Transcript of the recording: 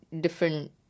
different